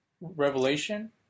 revelation